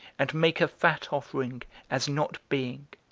and make a fat offering, as not being.